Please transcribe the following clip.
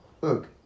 look